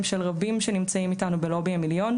של רבים שנמצאים איתנו ב"לובי המיליון"